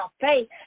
faith